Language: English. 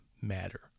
matter